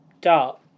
Dart